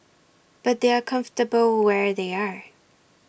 but they are comfortable where they are